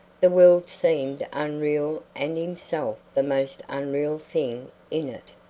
the world seemed unreal and himself the most unreal thing in it.